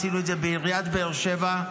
עשינו את זה בעיריית באר שבע,